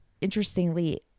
interestingly